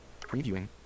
Previewing